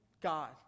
God